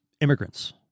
immigrants